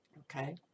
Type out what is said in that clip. okay